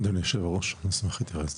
אדוני יושב הראש, אני אשמח להתייחס.